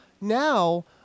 now